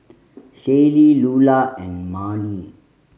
Shaylee Lular and Marni